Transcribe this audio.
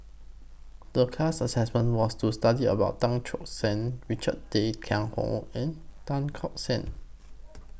The class Assessment was to study about Tan Choke San Richard Tay Tian Hoe and Tan Tock San